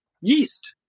yeast